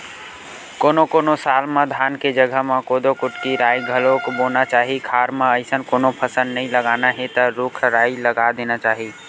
कोनो कोनो साल म धान के जघा म कोदो, कुटकी, राई घलोक बोना चाही खार म अइसन कोनो फसल नइ लगाना हे त रूख राई लगा देना चाही